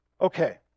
Okay